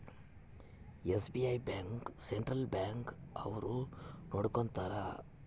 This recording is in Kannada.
ಎಸ್.ಬಿ.ಐ ಬ್ಯಾಂಕ್ ಸೆಂಟ್ರಲ್ ಬ್ಯಾಂಕ್ ಅವ್ರು ನೊಡ್ಕೋತರ